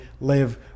live